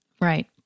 Right